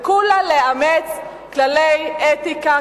זה "כולה" לאמץ כללי אתיקה,